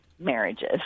Marriages